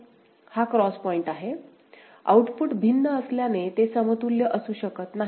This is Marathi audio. हा क्रॉस पॉईंट आहे आउटपुट भिन्न असल्याने ते समतुल्य असू शकत नाहीत